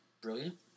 brilliant